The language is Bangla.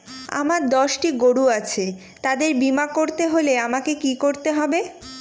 আমার দশটি গরু আছে তাদের বীমা করতে হলে আমাকে কি করতে হবে?